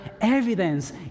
evidence